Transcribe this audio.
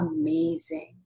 amazing